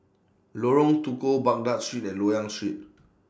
Lorong Tukol Baghdad Street and Loyang Street